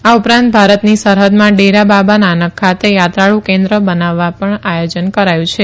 આ ઉપરાંત ભારતની સરહદમાં ડેરા બાબા નાનક ખાતે યાત્રાળુ કેન્દ્ર બાંધવા પણ આયોજન કરાયું છે